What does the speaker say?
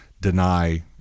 deny